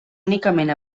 únicament